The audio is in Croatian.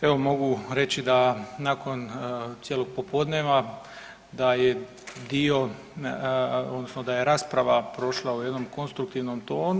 Evo mogu reći da nakon cijelog popodneva da je dio odnosno da je rasprava prošla u jednom konstruktivnom tonu.